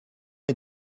est